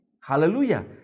Hallelujah